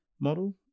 model